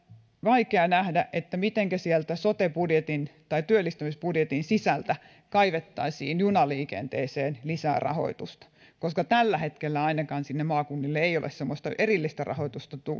vaikea nähdä mitenkä sieltä sote budjetin tai työllistämisbudjetin sisältä kaivettaisiin junaliikenteeseen lisää rahoitusta koska ainakaan tällä hetkellä maakunnille ei ole semmoista erillistä rahoitusta